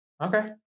okay